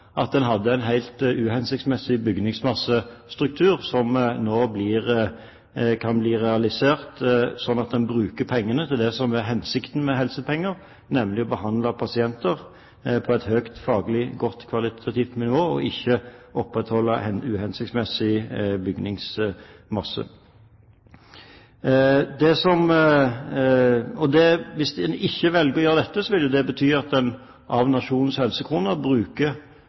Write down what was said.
at en hadde en helt uhensiktsmessig bygningsmassestruktur, som nå kan bli realisert, slik at en bruker pengene til det som er hensikten med helsepenger, nemlig å behandle pasienter på et høyt og faglig godt kvalitativt nivå, og ikke opprettholde en uhensiktsmessig bygningsmasse. Hvis en ikke velger å gjøre dette, vil det bety at en bruker en relativt større andel av nasjonens